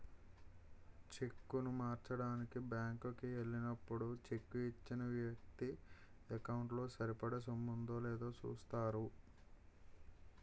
చెక్కును మార్చడానికి బ్యాంకు కి ఎల్లినప్పుడు చెక్కు ఇచ్చిన వ్యక్తి ఎకౌంటు లో సరిపడా సొమ్ము ఉందో లేదో చూస్తారు